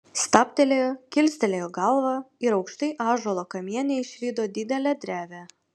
stabtelėjo kilstelėjo galvą ir aukštai ąžuolo kamiene išvydo didelę drevę